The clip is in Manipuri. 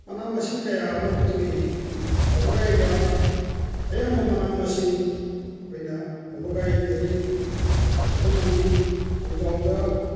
ꯃꯅꯥ ꯃꯁꯤꯡ ꯀꯌꯥ ꯑꯃ ꯄꯨꯊꯣꯛꯏ ꯋꯥꯕꯒꯥꯏꯗ ꯑꯌꯥꯝꯕ ꯃꯅꯥ ꯃꯁꯤꯡ ꯑꯩꯈꯣꯏꯅ ꯋꯥꯕꯒꯥꯏꯗꯒꯤ ꯄꯨꯊꯣꯛꯄ ꯉꯝꯃꯤ ꯊꯣꯡꯖꯥꯎꯗ